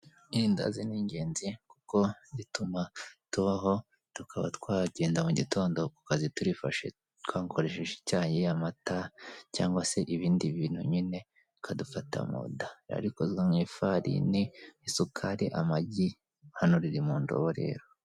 Irindazi ni ingenzi, kuko rituma tubaho, tukaba twagenda mu gitondo ku kazi turifashe, twakoresheje icyayi, amata, cyangwa se ibindi bintu nyine bikadufata mu nda. Riba rikoze mu ifarini, isukari, amagi, hano riri mu ndobo rero.